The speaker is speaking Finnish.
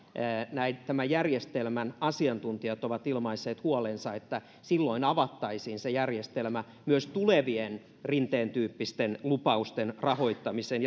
tämän järjestelmän asiantuntijat ovat ilmaisseet huolensa että silloin avattaisiin se järjestelmä myös tulevien rinteen tyyppisten lupausten rahoittamiseen